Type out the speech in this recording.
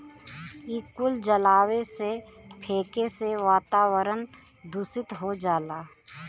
इ कुल जलाए से, फेके से वातावरन दुसित हो जाला